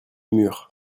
mur